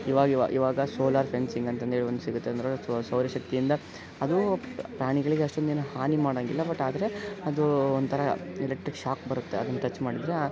ಇವಾ ಇವಾ ಇವಾಗ ಸೋಲಾರ್ ಫೆನ್ಸಿಂಗ್ ಅಂತಂದೇಳಿ ಒಂದು ಸಿಗುತ್ತೆ ಅದರಲ್ಲಿ ಸೌರಶಕ್ತಿಯಿಂದ ಅದು ಪ್ರಾಣಿಗಳಿಗೆ ಅಷ್ಟೊಂದು ಏನು ಹಾನಿ ಮಾಡಂಗಿಲ್ಲ ಬಟ್ ಆದರೆ ಅದು ಒಂಥರ ಎಲೆಕ್ಟ್ರಿಕ್ ಶಾಕ್ ಬರುತ್ತೆ ಅದನ್ನು ಟಚ್ ಮಾಡಿದರೆ